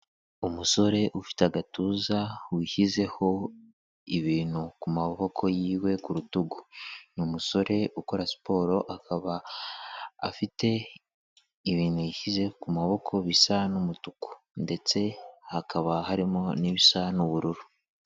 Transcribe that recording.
Umusore ufite agatuza, wishyizeho ibintu ku maboko y'iwe ku rutugu. Ni umusore ukora siporo, akaba afite ibintu yishyize ku maboko bisa n'umutuku. Ndetse hakaba harimo n'ibisa n'ubururu.